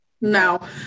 No